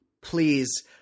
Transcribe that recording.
please